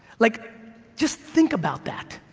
like just think about that,